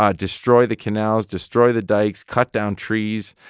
um destroy the canals, destroy the dikes, cut down trees,